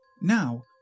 Now